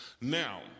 Now